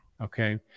okay